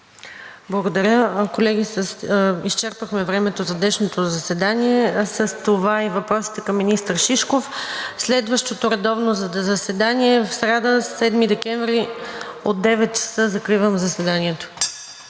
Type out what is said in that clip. Благодаря. Колеги, изчерпахме времето за днешното заседание, а с това и въпросите към министър Шишков. Следващото редовно заседание – сряда, 7 декември, от 9,00 ч. Закривам заседанието.